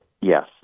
Yes